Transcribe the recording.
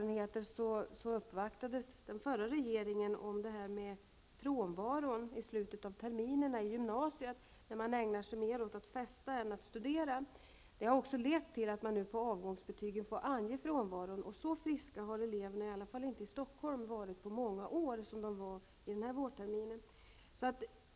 Den förra regeringen uppvaktades med anledning av de erfarenheter och problem man haft med frånvaron i gymnasiet mot slutet av terminen när eleverna ägnat sig mer åt att festa än att studera. Det har lett till att frånvaron nu får anges på avgångsbetyget, och så friska som den här vårterminen har i varje fall eleverna i Stockholm inte varit på många år.